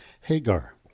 Hagar